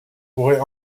pourrait